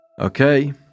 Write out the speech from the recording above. Okay